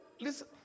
listen